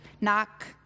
knock